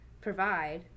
provide